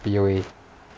P_O_A